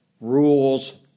rules